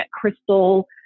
crystal